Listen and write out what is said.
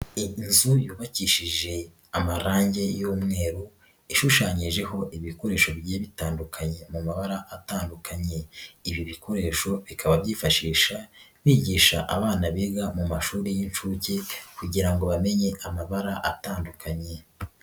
Inzu yubakishije amarangi y'umweru ishushanyijeho ibikoresho bigiye bitandukanye mu mabara atandukanye, ibi bikoresho bikaba byifashisha bigisha abana biga mu mashuri y'inshuke kugira ngo bamenye amabara atandukanye.